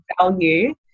value